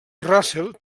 russell